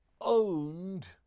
owned